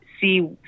see